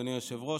אדוני היושב-ראש,